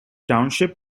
township